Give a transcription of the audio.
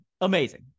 amazing